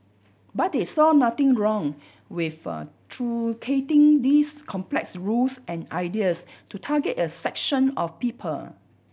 but they saw nothing wrong with a truncating these complex rules and ideas to target a section of people